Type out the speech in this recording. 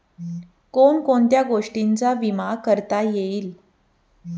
कोण कोणत्या गोष्टींचा विमा करता येईल?